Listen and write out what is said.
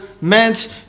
meant